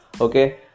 okay